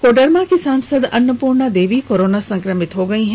कोडरमा की सांसद अन्नपूर्णा देवी कोरोना संक्रमित हो गई है